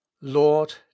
Lord